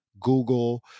Google